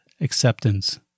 acceptance